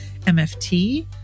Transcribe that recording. MFT